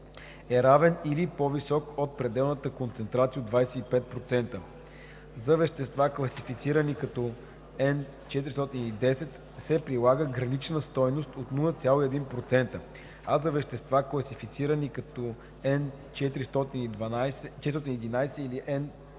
е равен или по-висок от пределната концентрация от 25%. За вещества, класифицирани като Н410, се прилага гранична стойност от 0,1%, а за вещества, класифицирани като Н411 или Н412,